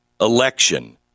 election